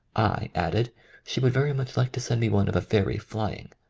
i. added she would very much like to send me one of a fairy flying.